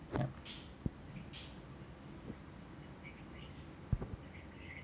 yup